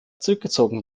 zurückgezogen